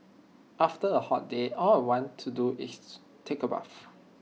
after A hot day all I want to do is to take A bath